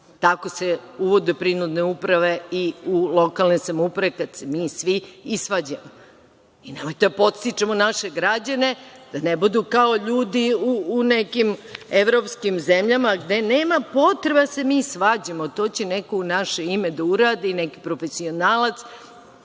Tako se uvode prinudne uprave i u lokalne samouprave kada se mi svi isvađamo. Nemojte da podstičemo naše građane da ne budu, kao ljudi u nekim evropskim zemljama, gde nema potrebe da se mi svađamo, to će neko u naše ime da uradi, neki profesionalac